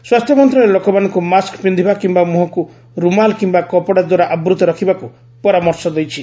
ସ୍ୱାସ୍ଥ୍ୟ ମନ୍ତ୍ରଣାଳୟ ଲୋକମାନଙ୍କୁ ମାସ୍କ୍ ପିନ୍ଧିବା କିମ୍ବା ମୁହଁକୁ ରୁମାଲ କିମ୍ବା କପଡ଼ା ଦ୍ୱାରା ଆବୂର୍ତ୍ତ ରଖିବାକୁ ପରାମର୍ଶ ଦେଇଛି